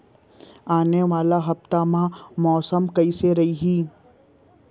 आने वाला हफ्ता मा मौसम कइसना रही?